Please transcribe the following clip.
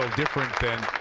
different than